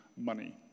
money